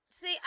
See